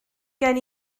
gen